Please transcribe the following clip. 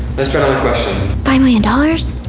let's try another question. five million dollars?